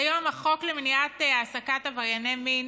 כיום החוק למניעת העסקת עברייני מין